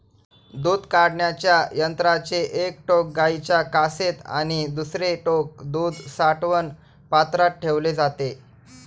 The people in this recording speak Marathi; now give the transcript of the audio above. दूध काढण्याच्या यंत्राचे एक टोक गाईच्या कासेत आणि दुसरे टोक दूध साठवण पात्रात ठेवले जाते